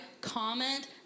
comment